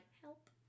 help